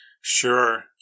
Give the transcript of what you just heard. Sure